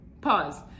pause